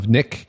Nick